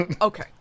Okay